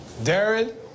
Darren